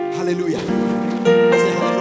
Hallelujah